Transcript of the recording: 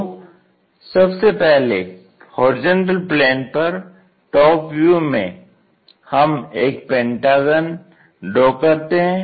तो सबसे पहले होरिजेंटल प्लेन पर टॉप व्यू में हम एक पेंटागन ड्रॉ करते हैं